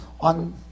on